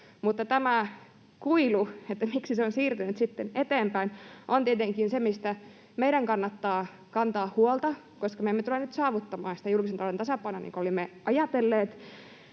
tämä kuilu, miksi se on siirtynyt sitten eteenpäin, on tietenkin se, mistä meidän kannattaa kantaa huolta. Koska me emme tule nyt saavuttamaan sitä julkisen talouden tasapainoa niin kuin olimme ajatelleet,